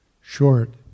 short